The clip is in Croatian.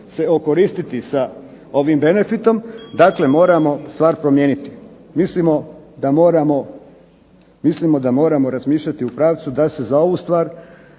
se okoristiti sa ovim benefitom, dakle moramo stvar promijeniti. Mislimo da moramo razmišljati u pravcu da se za ovu stvar